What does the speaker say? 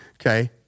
Okay